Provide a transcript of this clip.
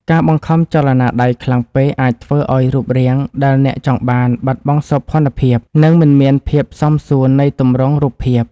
ការបង្ខំចលនាដៃខ្លាំងពេកអាចធ្វើឱ្យរូបរាងដែលអ្នកចង់បានបាត់បង់សោភ័ណភាព និងមិនមានភាពសមសួននៃទម្រង់រូបភាព។